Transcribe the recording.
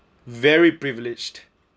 very privileged